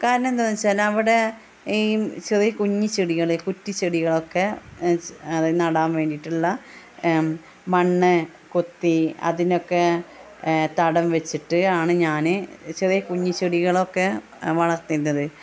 കാരണം എന്താണെന്ന് വെച്ചാൽ അവിടെ ഈ ചെറിയ കുഞ്ഞിച്ചെടികൾ കുറ്റിച്ചെടികളൊക്കെ നടാൻ വേണ്ടിയിട്ടുള്ള മണ്ണ് കൊത്തി അതിനൊക്കെ തടം വെച്ചിട്ട് ആണ് ഞാൻ ചെറിയ കുഞ്ഞിച്ചെടികളൊക്കെ വളർത്തുന്നത്